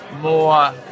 more